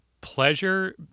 pleasure